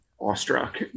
awestruck